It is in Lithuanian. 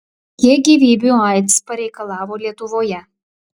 kiek gyvybių aids pareikalavo lietuvoje